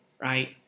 right